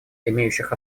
имеющих